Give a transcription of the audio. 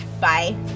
Bye